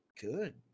good